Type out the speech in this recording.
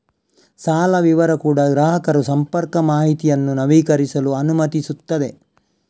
ಸಾಲ ವಿವರ ಕೂಡಾ ಗ್ರಾಹಕರು ಸಂಪರ್ಕ ಮಾಹಿತಿಯನ್ನು ನವೀಕರಿಸಲು ಅನುಮತಿಸುತ್ತದೆ